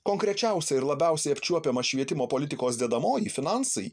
konkrečiausia ir labiausiai apčiuopiama švietimo politikos dedamoji finansai